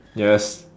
yes